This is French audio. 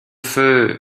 feux